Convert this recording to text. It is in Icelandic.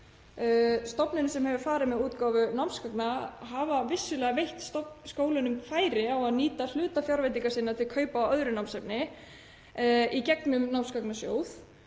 Stofnanir sem hafa farið með útgáfu námsgagna hafa vissulega veitt skólunum færi á að nýta hluta fjárveitinga sinna til kaupa á öðru námsefni í gegnum námsgagnasjóð